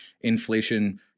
inflation